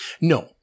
No